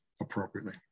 appropriately